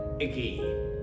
again